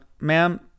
ma'am